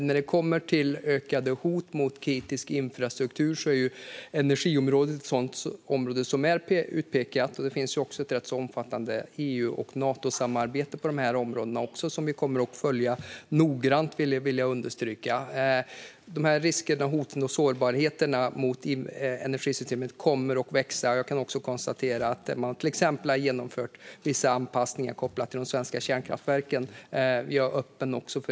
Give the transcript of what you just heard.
När det kommer till ökade hot mot kritisk infrastruktur är energiområdet ett område som är utpekat. Det finns också ett rätt omfattande EU och Natosamarbete på detta område som vi kommer att följa noggrant, vill jag understryka. Riskerna, hoten och sårbarheterna när det gäller energisystemet kommer att växa. Jag kan konstatera att man till exempel har genomfört vissa anpassningar kopplat till de svenska kärnkraftverken.